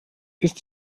ist